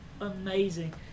Amazing